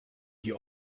die